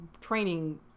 training